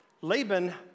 Laban